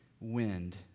wind